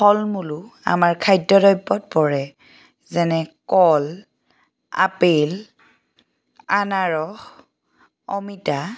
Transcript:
ফলমূলো আমাৰ খাদ্য দ্ৰব্যত পৰে যেনে কল আপেল আনাৰস অমিতা